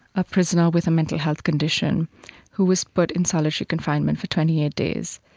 a prisoner with a mental health condition who was put in solitary confinement for twenty eight days.